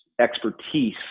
expertise